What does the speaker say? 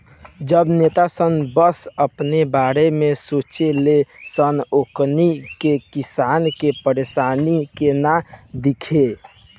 सब नेता सन बस अपने बारे में सोचे ले सन ओकनी के किसान के परेशानी के ना दिखे